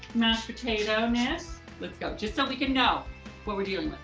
mashed potato-ness. let's go, just so we can know what we're dealing